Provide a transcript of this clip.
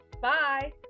Bye